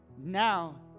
now